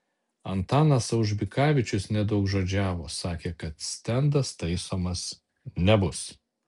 antanas aužbikavičius nedaugžodžiavo sakė kad stendas taisomas nebus